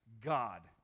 God